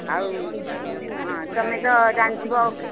ଆଉ ହଁ ତମେ ତ ଜାଣିଥିବ